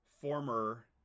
former